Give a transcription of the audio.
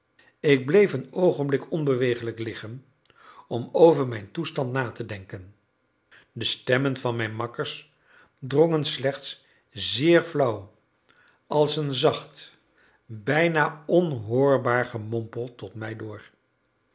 ik bleef een oogenblik onbeweeglijk liggen om over mijn toestand na te denken de stemmen van mijn makkers drongen slechts zeer flauw als een zacht bijna onhoorbaar gemompel tot mij door